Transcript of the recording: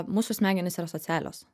mūsų smegenys yra socialios